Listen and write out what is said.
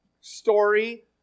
story